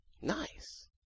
Nice